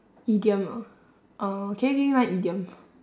idiom ah uh can you give me one idiom